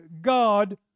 God